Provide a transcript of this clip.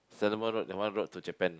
Solomon-Road that one road to Japan ah